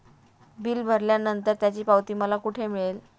Bill भरल्यानंतर त्याची पावती मला कुठे मिळेल?